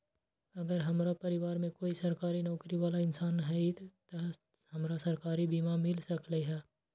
अगर हमरा परिवार में कोई सरकारी नौकरी बाला इंसान हई त हमरा सरकारी बीमा मिल सकलई ह?